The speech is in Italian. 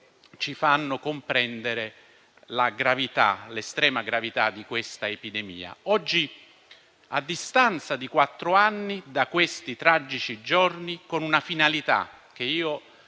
ci fanno comprendere l'estrema gravità di questa epidemia. Oggi, a distanza di quattro anni da questi tragici giorni, con una finalità che io